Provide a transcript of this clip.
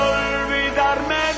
olvidarme